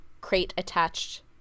crate-attached